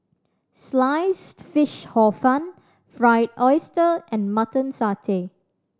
Sliced Fish Hor Fun Fried Oyster and Mutton Satay